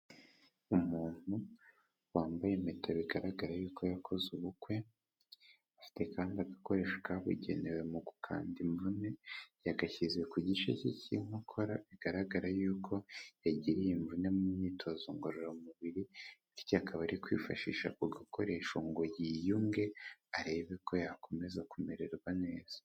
Umuntu wambaye impeta bigaragara yuko yakoze ubukwe, afite kandi agakoresho kabugenewe mu gukanda imvune, yagashyize ku gice cye cy'inkokora bigaragara yuko yagiriye imvune mu myitozo ngororamubiri, bityo akaba ari kwifashisha ako gakoresho ngo yiyunge arebe ko yakomeza kumererwa neza.